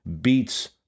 beats